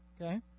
okay